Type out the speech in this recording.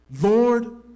Lord